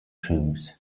shoes